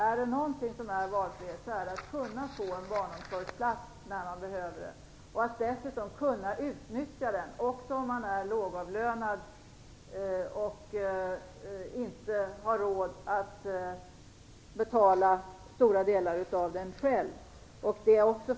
Om något är valfrihet, är det att kunna få en barnomsorgsplats när man behöver det, också om man är lågavlönad och inte har råd att betala stora delar av den själv.